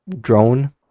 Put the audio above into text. drone